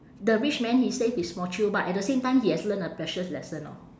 the rich man he save his fortune but at the same time he has learned a precious lesson orh